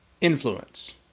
Influence